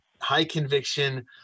high-conviction